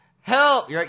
help